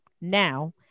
now